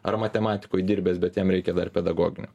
ar matematikoj dirbęs bet jam reikia dar pedagoginio